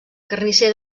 carnisser